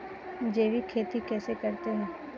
जैविक खेती कैसे करते हैं?